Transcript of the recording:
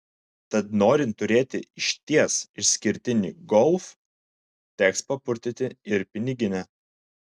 tad norint turėti išties išskirtinį golf teks papurtyti ir piniginę